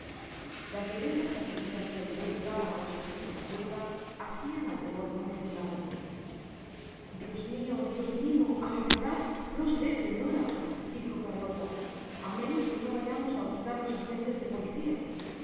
las violentas sacudidas que oliverio daba á la susodicha puerta hacian al temor muy fundado dios mio dios mio a la verdad no sé señora dijo carlota á menos que no vayamos á buscar los agentes de policia o